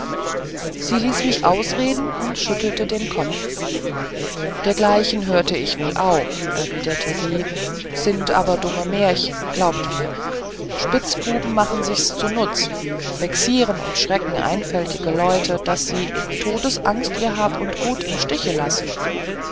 sie ließ mich ausreden und schüttelte den kopf dergleichen hörte ich wohl auch erwiderte sie sind aber dumme märchen glaubt mir spitzbuben machen sich's zunutz vexieren und schrecken einfältige leute daß sie in todesangst ihr hab und gut im stiche lassen